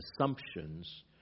assumptions